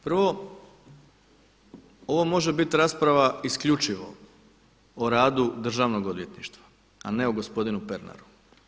Prvo, ovo može biti rasprava isključivo o radu Državnog odvjetništva a ne o gospodinu Pernaru.